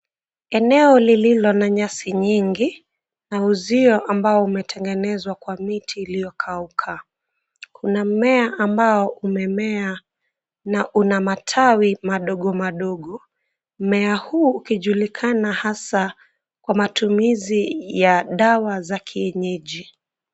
Eneo lililo na nyasi nyingi na uzio ambao utengenezwa kwa miti iliyo kauka, kuna mmea ambao ume mmea na una matawi madogo madogo, mmea huu ukijulikana hasa kwa matumizi ya dawa za kienyeji.